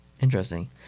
Interesting